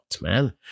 man